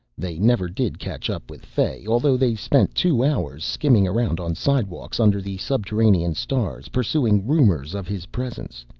they never did catch up with fay, although they spent two hours skimming around on slidewalks, under the subterranean stars, pursuing rumors of his presence.